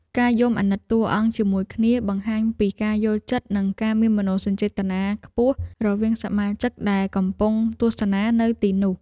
ការយំអាណិតតួអង្គជាមួយគ្នាបង្ហាញពីការយល់ចិត្តនិងការមានមនោសញ្ចេតនាខ្ពស់រវាងសមាជិកដែលកំពុងទស្សនានៅទីនោះ។